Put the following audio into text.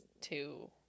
two